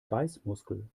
beißmuskel